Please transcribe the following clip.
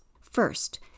First